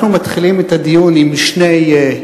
אנחנו מתחילים את הדיון עם שני,